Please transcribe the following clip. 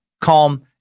calm